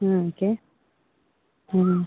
ம் ஓகே ம்